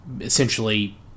essentially